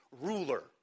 ruler